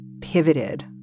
pivoted